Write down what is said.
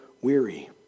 weary